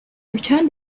returned